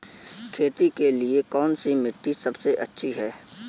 खेती के लिए कौन सी मिट्टी सबसे अच्छी है?